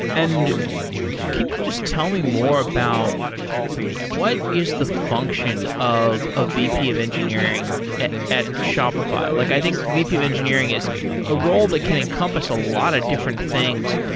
and can you just tell me more about what is the function of a vp of engineering at at shopify? like i think vp of engineering is a role that can encompass a lot of different things.